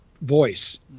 Voice